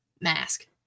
mask